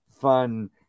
fun